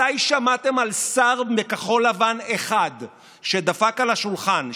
מתי שמעתם על שר אחד בכחול לבן שדפק על השולחן,